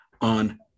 on